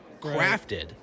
crafted